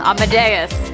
Amadeus